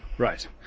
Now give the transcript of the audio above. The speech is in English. Right